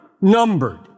numbered